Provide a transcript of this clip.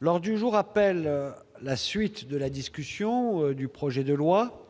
L'ordre du jour appelle la suite de la discussion du projet de loi,